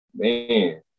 Man